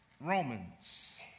Romans